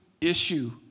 issue